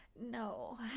no